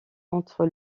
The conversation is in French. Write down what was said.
entre